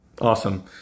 Awesome